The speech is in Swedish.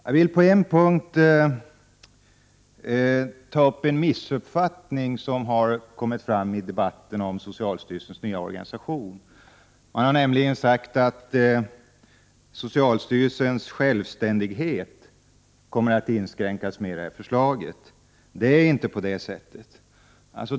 Jag vill på en punkt ta upp en missuppfattning som har kommit fram i debatten om socialstyrelsens nya organisation. Man har nämligen sagt att socialstyrelsens självständighet kommer att inskränkas med det här förslaget. Det är inte på det sättet.